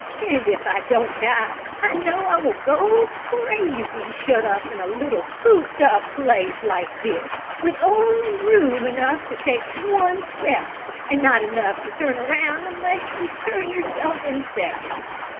and if i don't die i know i will go crazy, shut up in a little cooped up place like this, with only room enough to take one step and not enough to turn around unless you turn yourself in sections.